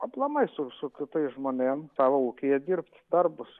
aplamai su su kitais žmonėm savo ūkyje dirbt darbus